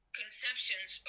conceptions